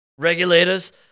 Regulators